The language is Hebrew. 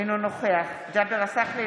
אינו נוכח ג'אבר עסאקלה,